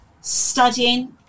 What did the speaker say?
studying